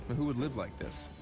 who would live like this?